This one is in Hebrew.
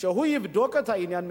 שהוא יבדוק את העניין מחדש.